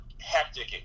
hectic